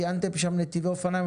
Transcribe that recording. ציינתם שם נתיבי אופניים,